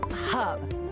hub